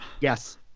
yes